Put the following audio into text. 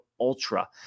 Ultra